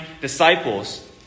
disciples